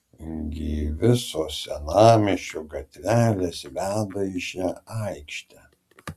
gi visos senamiesčio gatvelės veda į šią aikštę